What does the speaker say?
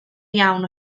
iawn